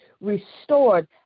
restored